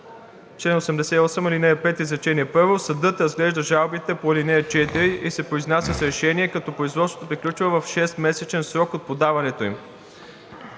88, ал. 5 изречение първо: „Съдът разглежда жалбите по ал. 4 и се произнася с решение, като производството приключва в шестмесечен срок от подаването им.“